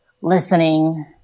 listening